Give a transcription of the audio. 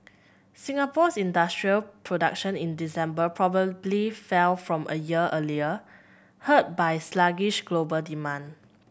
Singapore's industrial production in December probably fell from a year earlier hurt by sluggish global demand